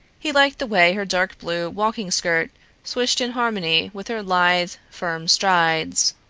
he liked the way her dark-blue walking-skirt swished in harmony with her lithe, firm strides.